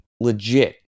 legit